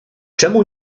czemu